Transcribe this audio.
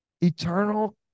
eternal